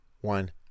one